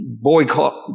boycott